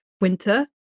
winter